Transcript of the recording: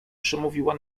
przemówiła